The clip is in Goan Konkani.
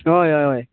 हय हय हय